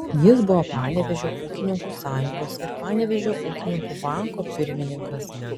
jis buvo panevėžio ūkininkų sąjungos ir panevėžio ūkininkų banko pirmininkas